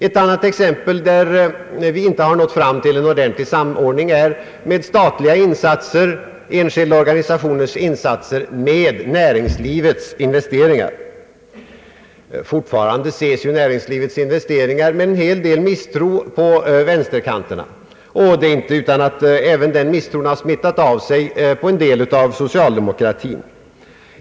En annan punkt där vi inte nått fram till sådan samordning är mellan statliga och enskilda organisationers insatser och näringslivets investeringar. Fortfarande ses näringslivets investeringar med en hel del misstro på vänsterkanten, och det är inte utan att den misstron har smittat av sig på en del av socialdemokratin.